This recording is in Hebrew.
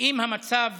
אם המצב